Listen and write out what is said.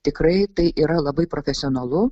tikrai tai yra labai profesionalu